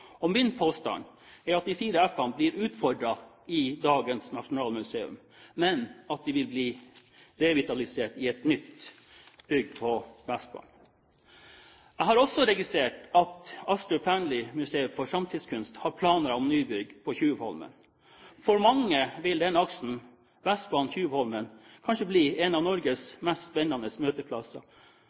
og fornying. Min påstand er at de fire f-ene blir utfordret i dagens Nasjonalmuseum, men at de vil bli revitalisert i et nytt bygg på Vestbanen. Jeg har også registrert at Astrup Fearnley Museet for Moderne Kunst har planer om nybygg på Tjuvholmen. For mange vil den aksen Vestbanen–Tjuvholmen kanskje bli en av Norges mest spennende møteplasser